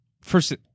first –